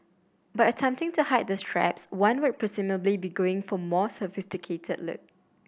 by attempting to hide the straps one would presumably be going for more sophisticated look